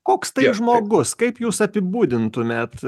koks tai žmogus kaip jūs apibūdintumėt